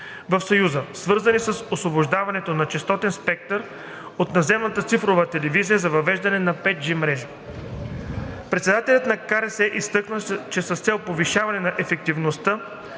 в Съюза, свързани с освобождаването на честотен спектър от наземната цифрова телевизия за въвеждане на 5G мрежи. Председателят на КРС изтъкна, че с цел повишаване на ефективността